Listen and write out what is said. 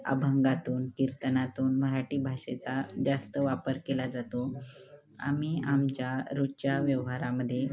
अभंगातून कीर्तनातून मराठी भाषेचा जास्त वापर केला जातो आम्ही आमच्या रोजच्या व्यवहारामध्ये